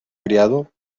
criado